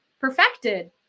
perfected